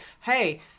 hey